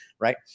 Right